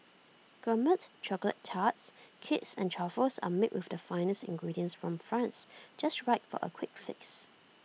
Gourmet Chocolate Tarts Cakes and truffles are made with the finest ingredients from France just right for A quick fix